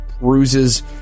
bruises